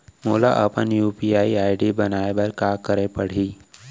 मोला अपन UPI ID बनाए बर का करे पड़ही?